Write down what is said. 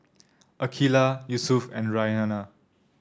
Aqeelah Yusuf and Raihana